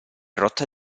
rotta